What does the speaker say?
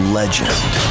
legend